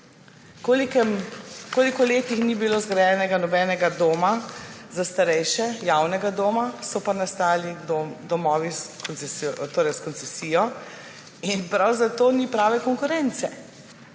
Koliko let ni bilo zgrajenega nobenega doma za starejše, javnega doma, so pa nastali domovi s koncesijo in prav zato ni prave konkurence.